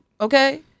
Okay